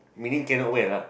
meaning cannot wear la